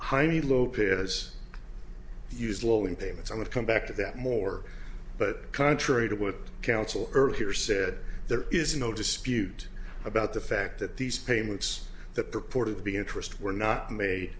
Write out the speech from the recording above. heinie lopez use low in payments and come back to that more but contrary to what counsel earlier said there is no dispute about the fact that these payments that purported to be interest were not made